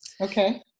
Okay